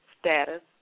status